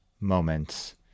moments